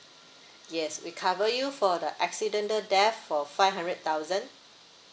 yes we cover you for the accidental death for five hundred thousand